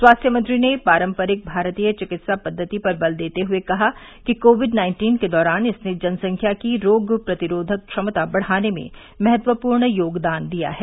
स्वास्थ्य मंत्री ने पारम्परिक भारतीय चिकित्सा पद्वति पर बल देते हुए कहा कि कोविड नाइन्टीन के दौरान इसने जनसंख्या की रोग प्रतिरोधक क्षमता बढ़ाने में महत्वपूर्ण योगदान दिया है